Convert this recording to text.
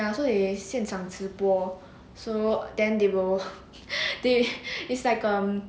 ya it's 现场直播 so then they will they it's like a